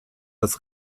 das